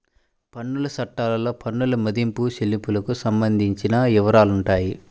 పన్నుల చట్టాల్లో పన్నుల మదింపు, చెల్లింపులకు సంబంధించిన వివరాలుంటాయి